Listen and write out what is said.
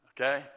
okay